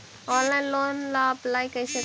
Online loan ला apply कैसे करी?